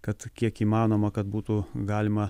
kad kiek įmanoma kad būtų galima